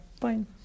Fine